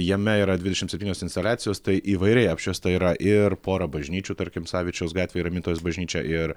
jame yra dvidešimt septynios instaliacijos tai įvairiai apšviesta yra ir pora bažnyčių tarkim savičiaus gatvėj ramintojos bažnyčia ir